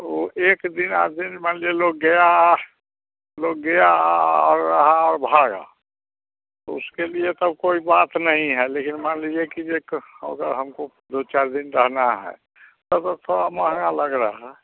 तो एक दिन आधे मान लीजिए लोग गया लोग गया और रहा और भागा तो उसके लिए तब कोई बात नहीं है लेकिन मान लीजिए कि एक अगर हमको दो चार दिन रहना है तब थोड़ा महंगा लग रहा है